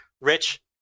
Rich